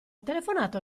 telefonato